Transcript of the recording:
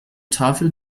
tafel